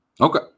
Okay